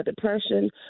depression